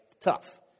tough